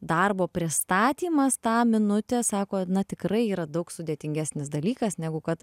darbo pristatymas tą minutę sako na tikrai yra daug sudėtingesnis dalykas negu kad